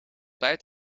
tijd